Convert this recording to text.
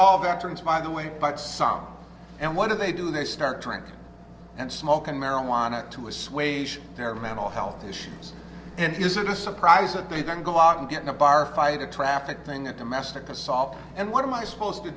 all veterans by the way but stop and what do they do they start trying to and smoking marijuana to assuage their mental health issues and isn't a surprise that they don't go out and get in a bar fight a traffic thing a domestic assault and what am i supposed to